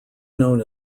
known